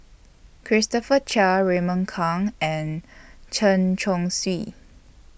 Christopher Chia Raymond Kang and Chen Chong Swee